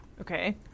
Okay